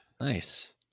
Nice